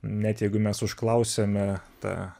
net jeigu mes užklausėme tą